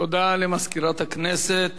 תודה למזכירת הכנסת.